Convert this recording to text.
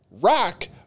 rock